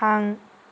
थां